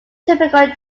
typical